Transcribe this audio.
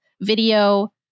video